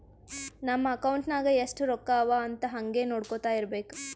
ನಮ್ ಅಕೌಂಟ್ ನಾಗ್ ಎಸ್ಟ್ ರೊಕ್ಕಾ ಅವಾ ಅಂತ್ ಹಂಗೆ ನೊಡ್ಕೊತಾ ಇರ್ಬೇಕ